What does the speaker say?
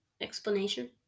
Explanation